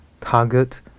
target